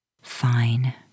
Fine